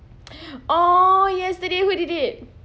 orh yesterday who did it